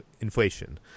inflation